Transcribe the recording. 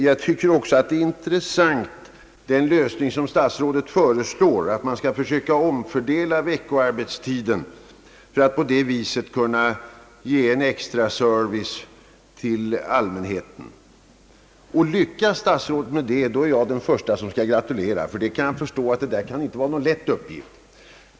Jag tycker också att den lösning som statsrådet föreslår, att man skall försöka omfördela veckoarbetstiden för att på det sättet kunna ge en extraservice åt allmänheten, är intressant. Lyckas statsrådet med det, då är jag den förste som skall gratulera, ty jag förstår att det inte kan vara någon lätt uppgift.